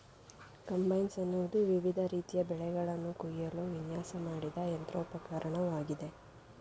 combines ಎನ್ನುವುದು ವಿವಿಧ ರೀತಿಯ ಬೆಳೆಗಳನ್ನು ಕುಯ್ಯಲು ವಿನ್ಯಾಸ ಮಾಡಿದ ಯಂತ್ರೋಪಕರಣವಾಗಿದೆ